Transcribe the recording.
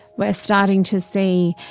we are starting to see,